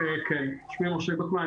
שמי משה גוטמן,